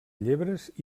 llebres